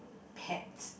pet